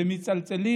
במצלצלים